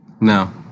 no